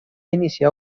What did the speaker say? iniciar